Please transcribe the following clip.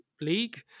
league